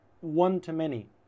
one-to-many